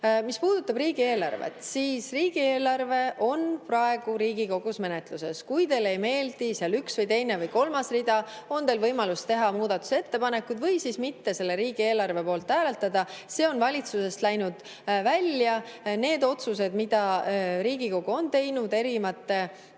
Mis puudutab riigieelarvet, siis riigieelarve on praegu Riigikogus menetluses. Kui teile ei meeldi seal üks või teine või kolmas rida, on teil võimalus teha muudatusettepanekuid või siis mitte selle riigieelarve poolt hääletada. See on valitsusest läinud välja. Need otsused, mida Riigikogu on teinud erinevate